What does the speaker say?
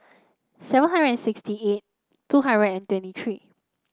seven hundred and sixty eight two hundred and twenty three